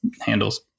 handles